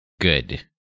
good